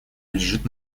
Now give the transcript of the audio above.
лежит